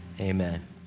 amen